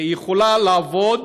יכולה לעבוד